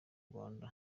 rwanda